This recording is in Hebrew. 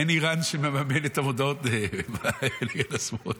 אין איראן שמממנת את המודעות האלה נגד השמאל.